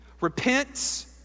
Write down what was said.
Repent